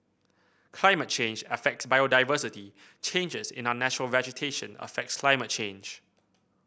climate change affects biodiversity changes in our natural vegetation affects climate change